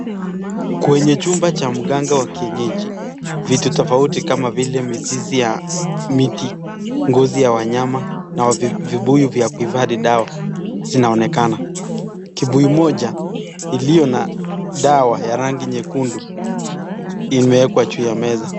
Kwenye chumba cha mganga wa kienyeji vitu tofauti kama vile mizizi ya miti ngozi ya wanyama na vibuyu vya kuhifadhi dawa zinaonekana. Kibuyu moja iliyo na dawa ya rangi nyekundu imewekwa juu ya meza.